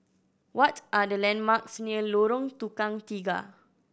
what are the landmarks near Lorong Tukang Tiga